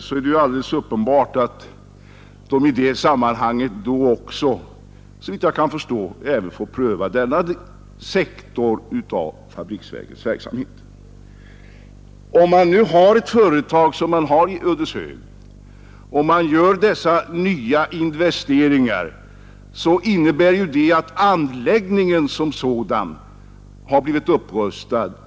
Vad jag menade var att det är uppenbart att utredningen även kommer att pröva denna sektor av fabriksverkens verksamhet. Om man nu har denna verksamhet i Ödeshög och gör dessa nya investeringar, innebär det att anläggningen som sådan blivit upprustad.